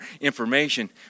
information